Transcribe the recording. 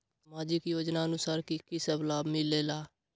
समाजिक योजनानुसार कि कि सब लाब मिलीला?